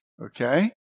Okay